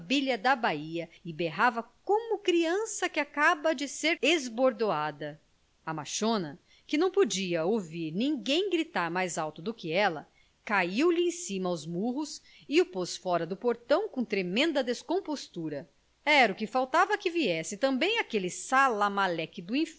bilha da bahia e berrava como criança que acaba de ser esbordoada a machona que não podia ouvir ninguém gritar mais alto do que ela caiu-lhe em cima aos murros e o pôs fora do portão com tremenda descompostura era o que faltava que viesse também aquele salamaleque